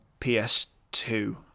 PS2